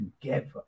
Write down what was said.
together